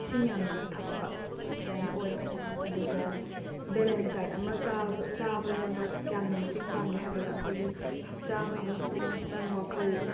ꯏꯁꯤꯡ ꯌꯥꯝꯅ ꯊꯛꯄ ꯑꯗꯨꯃꯥꯏꯅ ꯑꯣꯏ ꯑꯗꯨꯒ ꯕꯦꯂꯦꯟꯁ ꯗꯥꯏꯠ ꯑꯃ ꯆꯥꯕ ꯆꯥꯕꯁꯤꯅ ꯀꯌꯥꯝꯅ ꯃꯇꯦꯡ ꯄꯥꯡꯒꯦ ꯍꯥꯏꯕꯗ ꯑꯈꯣꯏꯒꯤ ꯍꯛꯆꯥꯡ ꯑꯃꯁꯨꯡ ꯄꯨꯛꯅꯤꯡ ꯋꯥꯈꯜ